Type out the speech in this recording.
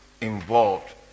involved